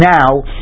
Now